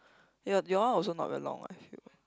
your your also not very long what I feel